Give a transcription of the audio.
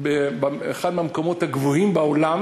באחד מהמקומות הגבוהים בעולם